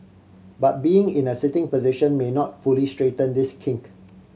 but being in a sitting position may not fully straighten this kink